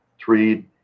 three